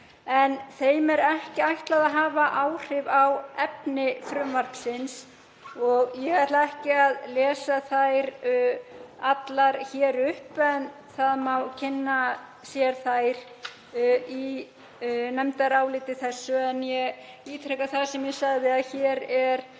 en þeim er ekki ætlað að hafa áhrif á efni frumvarpsins. Ég ætla ekki að lesa þær allar upp en það má kynna sér þær í nefndarálitinu. En ég ítreka að hér er